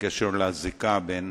בקשר לזיקה בין